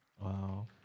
Wow